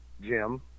Jim